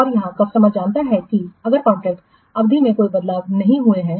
और यहां कस्टमर जानता है कि अगर कॉन्ट्रैक्ट अवधि में कोई बदलाव नहीं हुए हैं